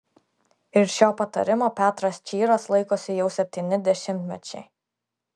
ir šio patarimo petras čyras laikosi jau septyni dešimtmečiai